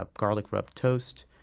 ah garlic-wrapped toast.